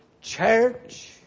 Church